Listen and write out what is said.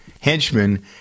henchmen